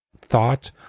thought